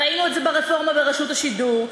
ראינו את זה ברפורמה ברשות השידור,